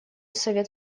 совет